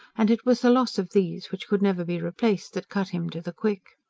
and it was the loss of these which could never be replaced that cut him to the quick.